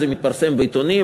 זה מתפרסם בעיתונים.